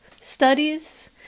Studies